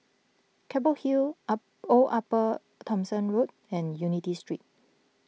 Keppel Hill Old Upper Thomson Road and Unity Street